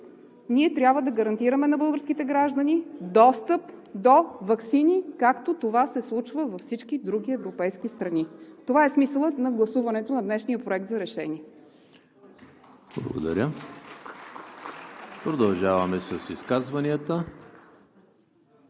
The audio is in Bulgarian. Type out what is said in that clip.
че трябва да гарантираме на българските граждани достъп до ваксини, както това се случва във всички други европейски страни. Това е смисълът на гласуването на днешния Проект на решение.